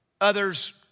Others